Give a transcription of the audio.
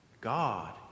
God